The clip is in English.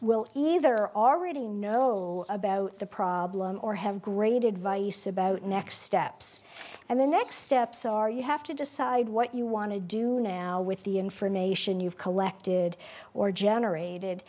will either already know about the problem or have great advice about next steps and the next steps are you have to decide what you want to do now with the information you've collected or